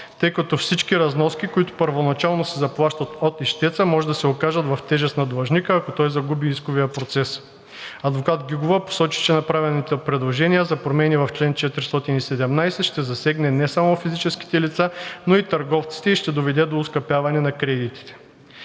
тъй като всички разноски, които първоначално се заплащат от ищеца, може да се окажат в тежест на длъжника, ако той загуби исковия процес. Адвокат Гигова посочи, че направеното предложение за промени в чл. 417 ще засегне не само физическите лица, но и търговците и ще доведе до оскъпяване на кредитите.